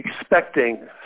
expecting